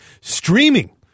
streaming